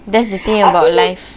that's the thing about life